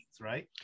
right